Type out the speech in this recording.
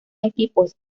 equipos